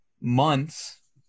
months